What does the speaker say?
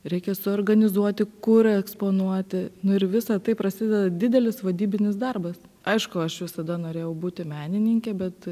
reikia suorganizuoti kurą eksponuoti nu ir visa tai prasideda didelis vadybinis darbas aišku aš visada norėjau būti menininkė bet